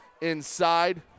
inside